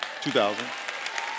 2000